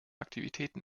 aktivitäten